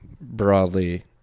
broadly